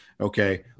Okay